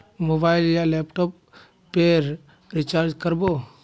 Mobile या laptop पेर recharge कर बो?